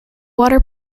water